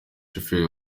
shoferi